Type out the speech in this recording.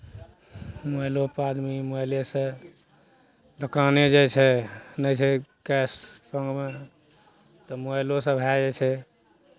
मोबाइलोपर आदमी मोबाइलेसँ दोकाने जाइ छै नहि छै कैश तऽ ओहोमे तऽ मोबाइलोसँ भए जाइ छै